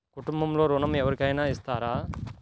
కుటుంబంలో ఋణం ఎవరికైనా ఇస్తారా?